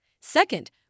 second